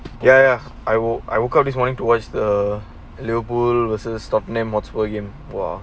ya ya I woke I woke up this morning to watch the liverpool V_S stoke name what's william !wah!